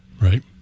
Right